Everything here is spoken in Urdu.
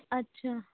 اچھا